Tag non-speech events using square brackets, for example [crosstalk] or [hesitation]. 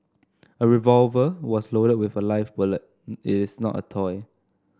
a revolver was loaded with a live bullet [hesitation] is not a toy